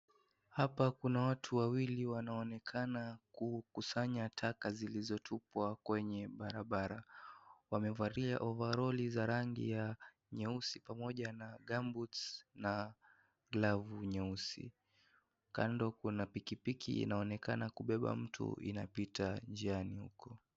Hapa kuna watu wawili wanaonekana kukusanya taka zilizotupwa kwenye barabara. Wamevalia ovalori za rangi nyeusi pamoja na gumboots na glavu nyeusi. Kando kuna pikipiki inaonekana kubeba mtu inapita njiani huko.